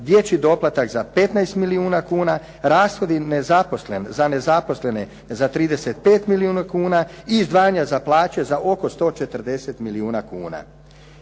dječji doplatak za 15 milijuna kuna, rashodi za nezaposlene za 35 milijuna kuna i izdvajanja za plaće za oko 140 milijuna kuna.